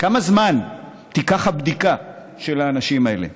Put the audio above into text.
כמה זמן תיק הבדיקה של האנשים האלה?